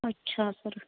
ਅੱਛਾ ਸਰ